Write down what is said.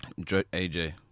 AJ